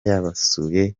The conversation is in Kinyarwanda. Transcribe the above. yabasuye